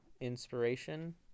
inspiration